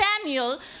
Samuel